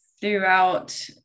throughout –